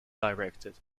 directed